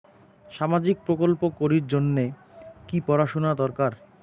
সামাজিক প্রকল্প করির জন্যে কি পড়াশুনা দরকার?